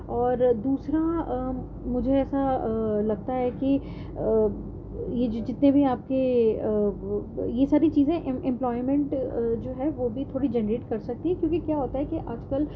اور دوسرا مجھے ایسا لگتا ہے کہ یہ جو جتنے بھی آپ کے یہ ساری چیزیں امپلائمنٹ جو ہے وہ بھی تھوڑی جینریٹ کر سکتی ہیں کیونکہ کیا ہوتا ہے کہ آج کل